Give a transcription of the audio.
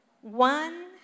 one